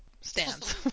stands